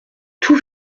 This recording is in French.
tout